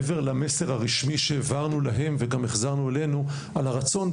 מעבר למסר הרשמי שהעברנו להם וגם החזרנו אלינו על הרצון,